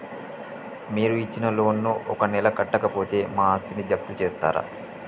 మీరు ఇచ్చిన లోన్ ను ఒక నెల కట్టకపోతే మా ఆస్తిని జప్తు చేస్తరా?